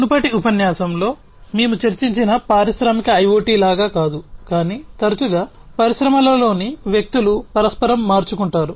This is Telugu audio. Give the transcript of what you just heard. మునుపటి ఉపన్యాసంలో మేము చర్చించిన పారిశ్రామిక IoT లాగా కాదు కానీ తరచుగా పరిశ్రమలలోని వ్యక్తులు పరస్పరం మార్చుకుంటారు